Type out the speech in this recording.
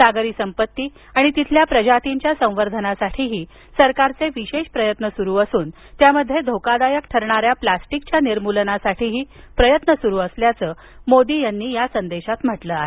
सागरी संपत्ती आणि तिथल्या प्रजातीच्या संवर्धनासाठीही सरकारचे विशेष प्रयत्न सुरु असून त्यामध्ये धोकादायक ठरणाऱ्या प्लास्टिकच्या निर्मूलनासाठीही प्रयत्न सुरु असल्याचं मोदी यांनी या संदेशात म्हटलं आहे